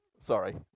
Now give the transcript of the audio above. Sorry